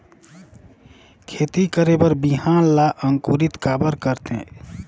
खेती करे बर बिहान ला अंकुरित काबर करथे?